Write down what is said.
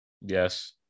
Yes